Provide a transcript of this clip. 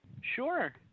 Sure